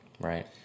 Right